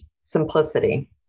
simplicity